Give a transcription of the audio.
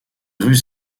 rues